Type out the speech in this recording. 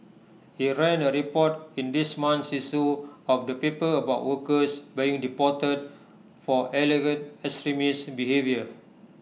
he ran A report in this month's issue of the paper about workers being deported for extremist behaviour